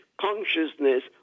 consciousness